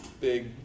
big